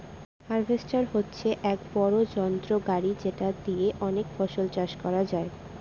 harvester হচ্ছে এক বড়ো যন্ত্র গাড়ি যেটা দিয়ে অনেক ফসল চাষ করা যায়